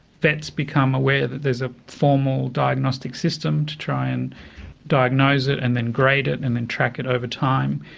vets become aware that there's a formal diagnostic system to try and diagnose it and then grade it and then track it over time,